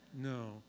no